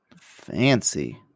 Fancy